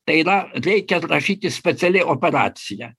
tai yra reikia rašyti speciali operacija